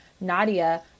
Nadia